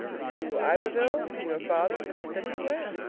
to iberville? to your father in mississippi? where?